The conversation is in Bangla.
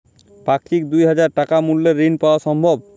পাক্ষিক দুই হাজার টাকা মূল্যের ঋণ পাওয়া সম্ভব?